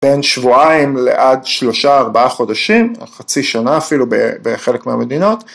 בין שבועיים לעד שלושה ארבעה חודשים, חצי שנה אפילו בחלק מהמדינות.